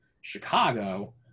chicago